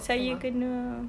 rumah